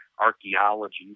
archaeology